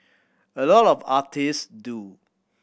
a lot of artist do